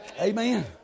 Amen